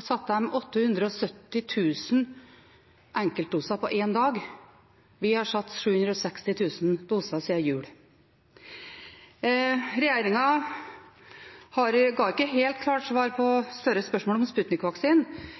satte de 870 000 enkeltdoser – på én dag. Vi har satt 760 000 doser siden jul. Regjeringen ga ikke et helt klart svar på Gahr Støres spørsmål om